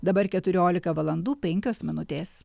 dabar keturiolika valandų penkios minutės